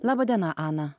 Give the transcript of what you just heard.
laba diena ana